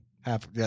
half